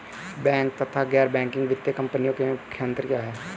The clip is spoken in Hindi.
बैंक तथा गैर बैंकिंग वित्तीय कंपनियों में मुख्य अंतर क्या है?